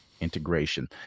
integration